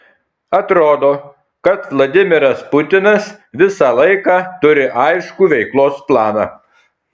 atrodo kad vladimiras putinas visą laiką turi aiškų veiklos planą